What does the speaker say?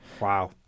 Wow